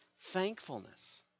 thankfulness